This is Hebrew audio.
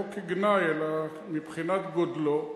לא כגנאי אלא מבחינת גודלו.